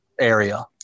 area